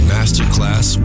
Masterclass